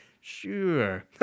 Sure